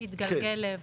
התגלגל לעברו.